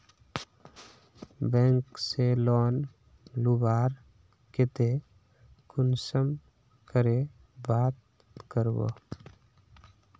Bank से loan लुबार केते कुंसम करे बात करबो?